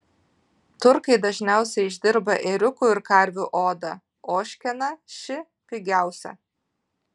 turkai dažniausiai išdirba ėriukų ir karvių odą ožkeną ši pigiausia